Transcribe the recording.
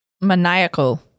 Maniacal